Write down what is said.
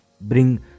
bring